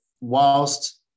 whilst